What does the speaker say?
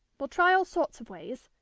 we'll try all sorts of ways.